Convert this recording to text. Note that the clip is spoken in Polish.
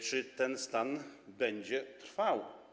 Czy ten stan będzie trwał?